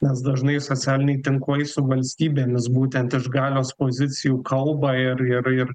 nes dažnai socialiniai tinklai su valstybėmis būtent iš galios pozicijų kalba ir ir ir